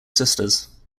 sisters